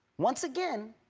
once again,